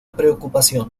preocupación